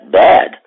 bad